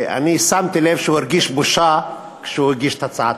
ששמתי לב שהוא הרגיש בושה כשהוא הגיש את ההצעה.